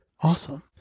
Awesome